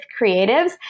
creatives